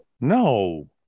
No